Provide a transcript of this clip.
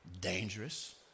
dangerous